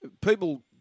people